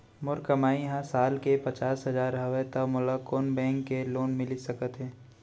मोर कमाई ह साल के पचास हजार हवय त मोला कोन बैंक के लोन मिलिस सकथे?